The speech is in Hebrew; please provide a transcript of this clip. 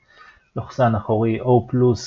ונתון מפתח אקראי כלשהו k \displaystyle